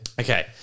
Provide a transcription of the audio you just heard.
Okay